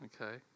okay